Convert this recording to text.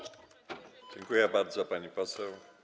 Dziękuję bardzo, pani poseł.